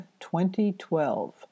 2012